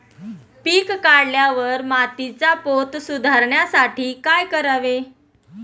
पीक काढल्यावर मातीचा पोत सुधारण्यासाठी काय करावे?